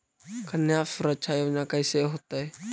कन्या सुरक्षा योजना कैसे होतै?